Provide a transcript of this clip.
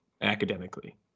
academically